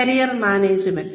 career management